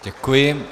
Děkuji.